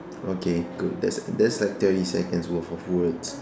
okay good that's that's like thirty seconds worth of words